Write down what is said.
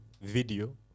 video